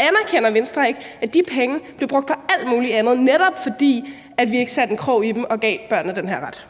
anerkender Venstre ikke, at de penge blev brugt på alt muligt andet, netop fordi vi ikke satte en krog i dem og ikke gav børnene den her ret?